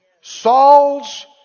Saul's